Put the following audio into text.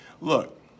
Look